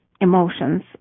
emotions